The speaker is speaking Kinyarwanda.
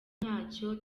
ntacyo